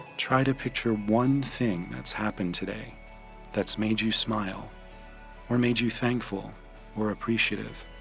try to picture one thing that's happened today that's made you smile or made you thankful or appreciative